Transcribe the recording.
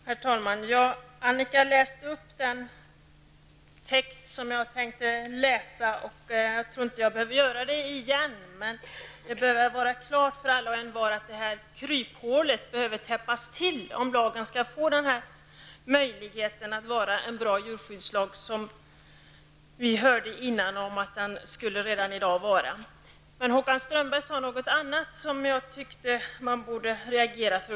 Herr talman! Annika Åhnberg läste upp den text som jag hade tänkt citera, och jag tror att jag inte behöver göra det nu. Men det bör väl vara klart för alla och envar att det här kryphålet behöver täppas till om lagen skall kunna bli en bra djurskyddslag -- som vi tidigare hörde att den skulle vara redan i dag, Men Håkan Strömberg sade något annat som jag tyckte att man borde reagera inför.